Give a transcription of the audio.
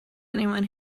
anyone